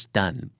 done